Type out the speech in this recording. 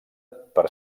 per